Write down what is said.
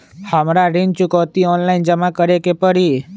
हमरा ऋण चुकौती ऑनलाइन जमा करे के परी?